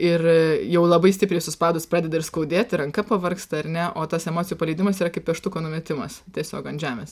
ir jau labai stipriai suspaudus pradeda ir skaudėti ranka pavargsta ar ne o tas emocijų paleidimas yra kaip pieštuko numetimas tiesiog ant žemės